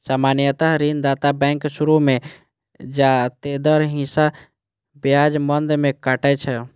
सामान्यतः ऋणदाता बैंक शुरू मे जादेतर हिस्सा ब्याज मद मे काटै छै